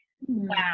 wow